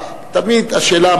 אדוני היושב-ראש,